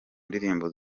ndirimbo